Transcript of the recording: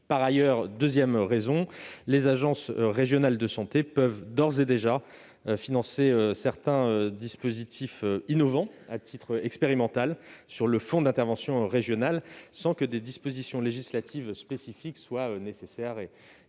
est en cours. Deuxième raison, les agences régionales de santé peuvent d'ores et déjà financer certains dispositifs innovants à titre expérimental sur le fonds d'intervention régional, sans que des dispositions législatives spécifiques soient nécessaires. Pour ces deux